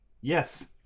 Yes